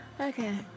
Okay